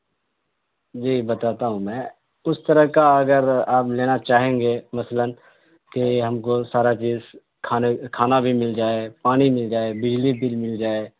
جی بتاتا ہوں میں اس طرح کا اگر آپ لینا چاہیں گے مثلاً کہ ہم کو سارا چیز کھانے کھانا بھی مل جائے پانی مل جائے بجلی بھی مل جائے